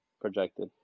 projected